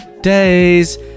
days